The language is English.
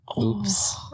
oops